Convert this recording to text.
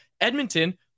Edmonton